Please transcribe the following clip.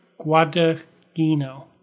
Guadagino